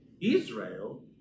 Israel